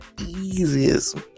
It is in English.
easiest